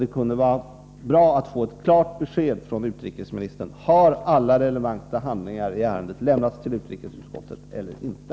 Det kunde vara bra att få ett klart besked på den här punkten från utrikesministern: Har alla relevanta handlingar i ärendet lämnats till utrikesutskottet eller inte?